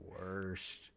worst